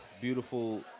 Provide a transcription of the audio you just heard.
beautiful